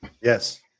Yes